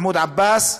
מחמוד עבאס.